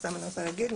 סתם אני רוצה להגיד,